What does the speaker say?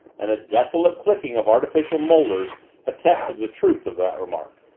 and a desolate clicking of artificial molars attested the truth of the remark.